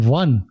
one